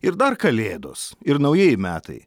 ir dar kalėdos ir naujieji metai